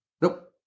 Nope